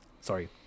sorry